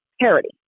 parity